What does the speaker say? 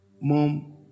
Mom